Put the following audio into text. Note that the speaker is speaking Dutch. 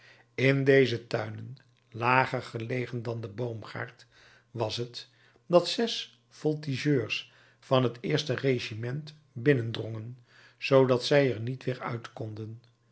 in dezen tuin lager gelegen dan de boomgaard was het dat zes voltigeurs van het e regiment binnendrongen zoodat zij er niet weer uit konden